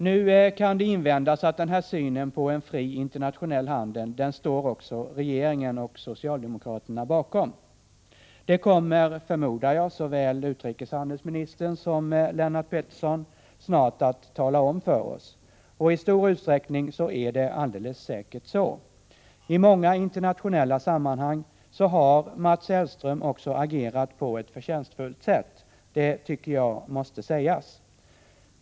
Nu kan det invändas att också regeringen och socialdemokraterna står bakom denna syn på en fri internationell handel — det kommer, förmodar jag, såväl utrikeshandelsministern som Lennart Pettersson snart att tala om för oss — och i stor utsträckning är det säkert så. I många internationella sammanhang har Mats Hellström också agerat på ett förtjänstfullt sätt. Det tycker jag måste sägas.